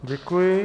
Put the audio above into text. Děkuji.